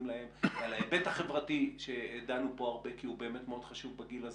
להם ועל ההיבט החברתי שדנו פה הרבה כי הוא באמת מאוד חשוב בגיל הזה.